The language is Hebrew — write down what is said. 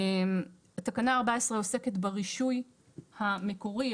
תקנה 14 עוסקת ברישוי המקורי,